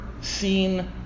seen